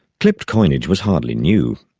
clipped coinage was hardly new.